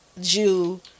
Jew